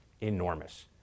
enormous